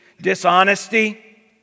dishonesty